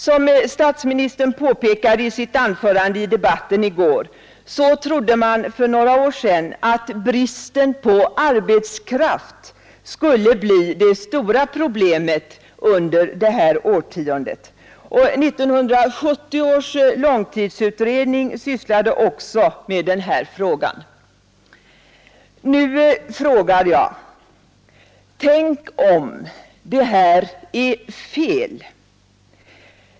Som statsministern påpekade i debatten i går trodde man för några år sedan att brist på arbetskraft skulle bli det stora problemet under det här årtiondet, och 1970 års långtidsutredning sysslade också med den tanken. Tänk om det är fel!